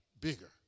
bigger